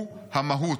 הוא המהות."